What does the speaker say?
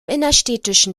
innerstädtischen